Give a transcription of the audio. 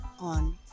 on